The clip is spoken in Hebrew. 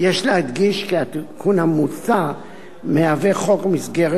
יש להדגיש כי התיקון המוצע מהווה חוק מסגרת,